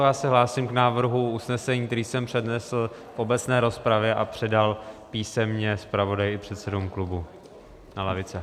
Já se hlásím k návrhu usnesení, který jsem přednesl v obecné rozpravě a předal písemně zpravodaji i předsedům klubů na lavice.